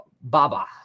Baba